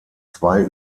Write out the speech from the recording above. zwei